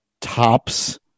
tops